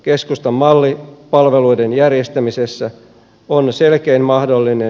keskustan malli palveluiden järjestämisessä on selkein mahdollinen